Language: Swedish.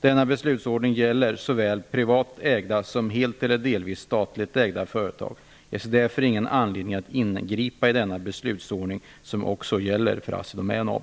Denna beslutsordning gäller såväl privat ägda som helt eller delvis statligt ägda företag. Jag ser därför ingen anledning att ingripa i denna beslutsordning som också gäller för Assidomän AB.